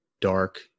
dark